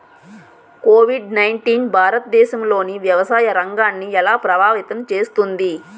Covid nineteen భారతదేశంలోని వ్యవసాయ రంగాన్ని ఎలా ప్రభావితం చేస్తుంది?